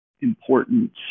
important